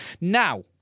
Now